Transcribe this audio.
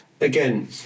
Again